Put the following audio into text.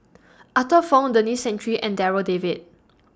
Arthur Fong Denis Santry and Darryl David